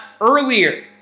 earlier